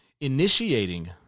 initiating